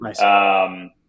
Nice